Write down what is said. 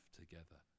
together